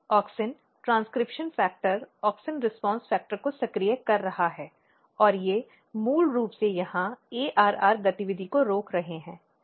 auxin transcription factor auxin response factor को सक्रिय कर रहा है और वे मूल रूप से यहां ARR गतिविधि को रोक रहे हैं